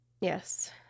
Yes